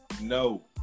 No